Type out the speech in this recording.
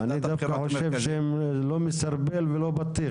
אני דווקא חושב שלא מסרבל ולא בטיח,